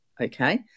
okay